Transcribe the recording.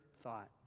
thought